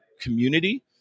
community